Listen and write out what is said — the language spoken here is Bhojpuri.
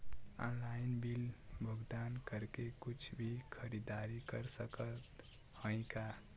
ऑनलाइन बिल भुगतान करके कुछ भी खरीदारी कर सकत हई का?